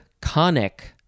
conic